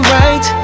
right